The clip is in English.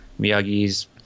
Miyagi's